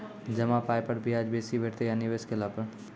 जमा पाय पर ब्याज बेसी भेटतै या निवेश केला पर?